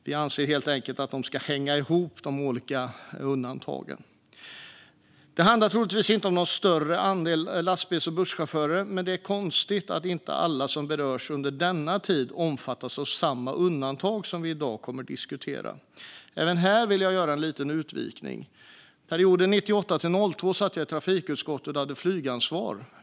Vi anser helt enkelt att de olika undantagen ska hänga ihop. Det handlar troligtvis inte om något större antal lastbils och busschaufförer, men det är konstigt att inte alla som berörs under denna tid omfattas av det undantag som vi i dag kommer att diskutera. Även här vill jag göra en liten utvikning. Perioden 1998-2002 satt jag i trafikutskottet och hade flygansvar.